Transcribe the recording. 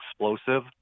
explosive